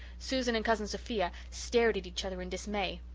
susan and cousin sophia stared at each other in dismay.